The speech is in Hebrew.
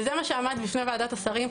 זה מה שעמד בפני ועדת השרים.